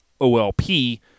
OLP